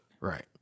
Right